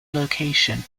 location